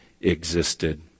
existed